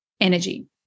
energy